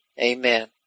Amen